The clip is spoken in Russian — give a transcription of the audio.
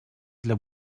для